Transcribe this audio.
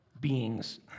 beings